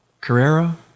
Carrera